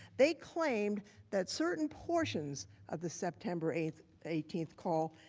they claim that certain portions of the september eighteenth eighteenth call,